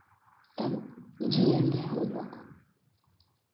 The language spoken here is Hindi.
तब जिएंगे हमलोग